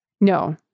no